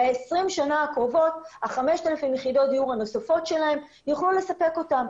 ל-20 שנה הקרובות ה-5,000 יחידות דיור הנוספות שלהם יוכלו לספק אותם.